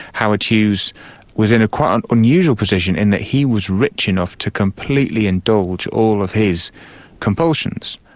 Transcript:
howard hughes was in quite an unusual position in that he was rich enough to completely indulge all of his compulsions.